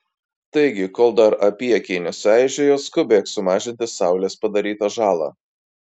taigi kol dar apyakiai nesueižėjo skubėk sumažinti saulės padarytą žalą